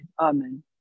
Amen